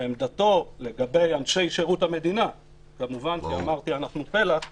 שעמדתו לגבי אנשי שירות המדינה שאנחנו פלח ממנה,